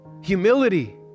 Humility